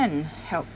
help